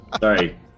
sorry